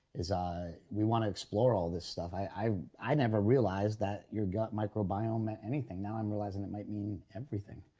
is we want to explore all this stuff i i never realized that your gut microbiome meant anything. now i'm realizing it might mean everything